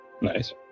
Nice